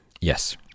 Yes